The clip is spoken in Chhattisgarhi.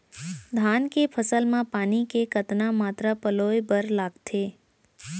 धान के फसल म पानी के कतना मात्रा पलोय बर लागथे?